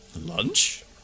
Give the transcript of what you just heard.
Lunch